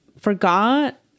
forgot